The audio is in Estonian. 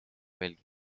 veelgi